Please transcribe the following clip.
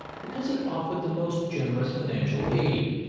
because it offered the most generous financial aid.